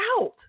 out